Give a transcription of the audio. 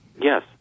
Yes